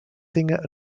singer